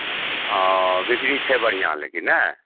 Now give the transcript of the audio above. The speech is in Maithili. ओ बिक्री छै बढ़िआँ लेकिन ने